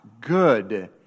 good